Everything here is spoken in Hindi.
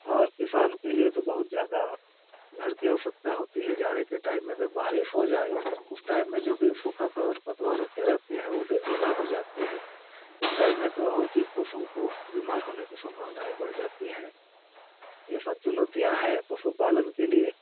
और किसान के लिए तो बहुत ज़्यादा घर की आवश्यकता होती है जाड़े के टाइम में अगर बारिश हो जाए उस टाइम में जो भी सूखा खर पतवार रखे रहते हैं ऊ भी गीला हो जाते हैं उस टाइम में तो और भी पशुओं को बीमार होने कि संभावनाएँ बढ़ जाती हैं ये सब चुनौतियाँ हैं पशुपालन के लिए